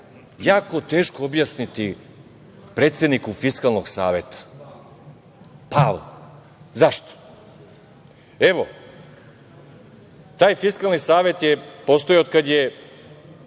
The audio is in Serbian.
jako teško objasniti predsedniku Fiskalnog saveta, Pavlu. Zašto? Evo, taj Fiskalni savet je postojao od kada je